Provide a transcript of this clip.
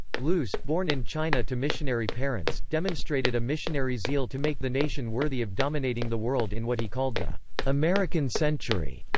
luce, born in china to missionary parents, demonstrated a missionary zeal to make the nation worthy of dominating the world in what he called the american century.